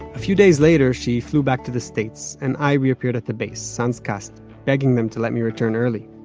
a few days later, she flew back to the states and i reappeared at the base sans cast begging them to let me return early.